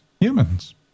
humans